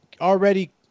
already